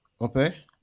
Okay